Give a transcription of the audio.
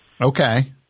Okay